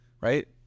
right